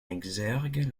exergue